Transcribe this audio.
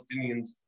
Palestinians